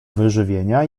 wyżywienia